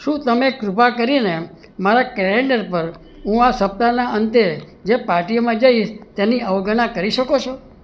શું તમે કૃપા કરીને મારા કેલેન્ડર પર હું આ સપ્તાહના અંતે જે પાર્ટીઓમાં જઈશ તેની અવગણના કરી શકો છો